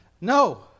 No